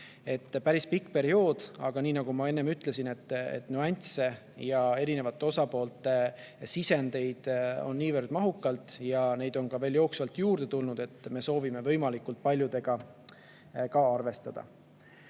päris pikk periood, aga nii nagu ma enne ütlesin, nüansse ja erinevate osapoolte sisendeid on mahukalt ja neid on veel jooksvalt juurde tulnud. Me soovime võimalikult paljudega ka arvestada.